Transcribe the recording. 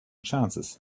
chances